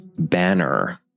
banner